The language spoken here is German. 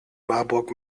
marburg